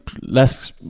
less